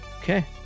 Okay